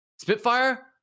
Spitfire